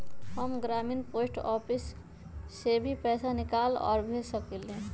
हम ग्रामीण post office से भी पैसा निकाल और भेज सकेली?